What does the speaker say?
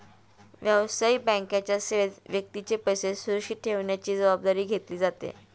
व्यावसायिक बँकेच्या सेवेत व्यक्तीचे पैसे सुरक्षित ठेवण्याची जबाबदारी घेतली जाते